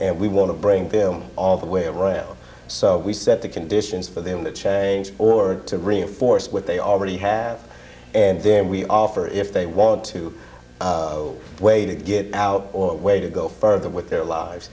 and we want to bring them all the way around so we set the conditions for them to change or to reinforce what they already have and then we offer if they want to way to get out or a way to go further with their lives